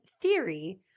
theory